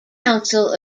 council